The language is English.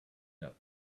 that